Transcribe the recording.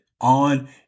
on